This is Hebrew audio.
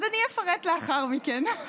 אז אני אפרט לאחר מכן.